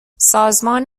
سازمان